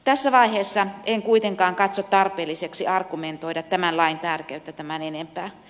tässä vaiheessa en kuitenkaan katso tarpeelliseksi argumentoida tämän lain tärkeyttä tämän enempää